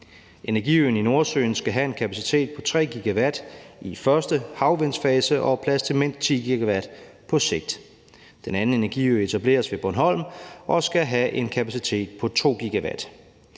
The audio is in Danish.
Energiøen i Nordsøen skal have en kapacitet på 3 GW i den første havvindsfase og plads til mindst 10 GW på sigt. Den anden energiø etableres ved Bornholm og skal have en kapacitet på 2 GW.